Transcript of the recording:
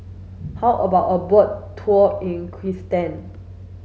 how about a boat tour in Kyrgyzstan